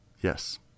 Yes